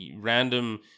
random